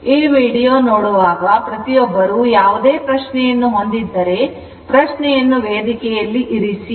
ಈ ವೀಡಿಯೊ ನೋಡುವಾಗ ಪ್ರತಿಯೊಬ್ಬರೂ ಯಾವುದೇ ಪ್ರಶ್ನೆಯನ್ನು ಹೊಂದಿದ್ದರೆ ಪ್ರಶ್ನೆಯನ್ನು ವೇದಿಕೆಯಲ್ಲಿ ಇರಿಸಿ